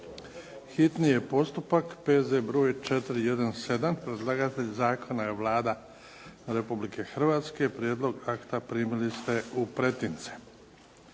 hitni postupak, P.Z. br. 417 Predlagatelj zakona je Vlada Republike Hrvatske. Prijedlog akta primili ste u pretince.